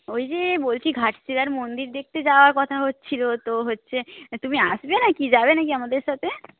ওই যে বলছি ঘাটশিলার মন্দির দেখতে যাওয়ার কথা হচ্ছিলো তো হচ্ছে তুমি আসবে নাকি যাবে নাকি আমাদের সাথে